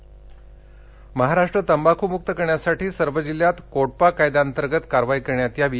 तंबाखमक्त महाराष्ट् महाराष्ट्र तंबाखूमुक्त करण्यासाठी सर्व जिल्ह्यात कोटपा कायद्याअंतर्गत कारवाई करण्यात यावी